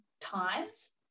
times